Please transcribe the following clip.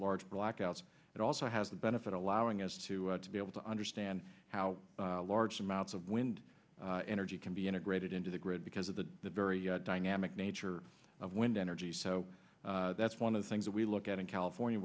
large blackouts but also has the benefit allowing us to to be able to understand how large amounts of wind energy can be integrated into the grid because of the very dynamic nature of wind energy so that's one of the things that we look at in california